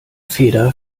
feder